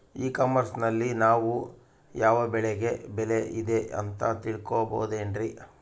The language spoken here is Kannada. ಇ ಕಾಮರ್ಸ್ ನಲ್ಲಿ ನಾವು ಯಾವ ಬೆಳೆಗೆ ಬೆಲೆ ಇದೆ ಅಂತ ತಿಳ್ಕೋ ಬಹುದೇನ್ರಿ?